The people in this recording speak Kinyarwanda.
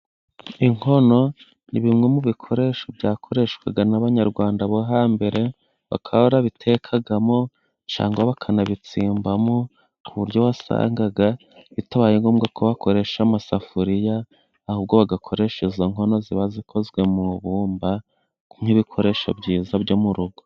Inkono ni bimwe mu bikoresho, byakoreshwaga n'abanyarwanda bo hambere, bakaba babitekagamo cyangwa bakanabitsimbamo, ku buryo wasangaga itabaye ngombwa kubakoresha amasafuriya, ahubwo bagakoresha izokono ziba zikozwe mu bumba, nk'ibikoresho byiza byo mu rugo.